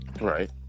right